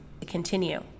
Continue